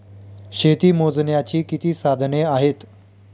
शेती मोजण्याची किती साधने आहेत?